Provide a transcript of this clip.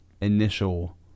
initial